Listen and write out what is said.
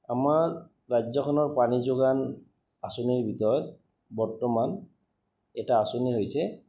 আমাৰ ৰাজ্যখনৰ পাানী যোগান আঁচনিৰ ভিতৰত বৰ্তমান এটা আঁচনি হৈছে